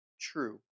True